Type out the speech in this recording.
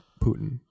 Putin